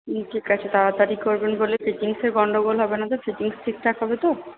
ঠিক আছে তাড়াতাড়ি করবেন বলে ফিটিংসের গণ্ডগোল হবে না তো ফিটিংস ঠিকঠাক হবে তো